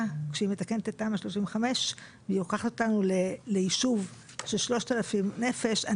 כשהיא מתקנת את תמ"א 35 והיא לוקחת אותנו ליישוב של 3,000 נפש.